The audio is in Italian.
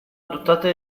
adottate